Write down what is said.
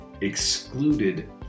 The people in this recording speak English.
excluded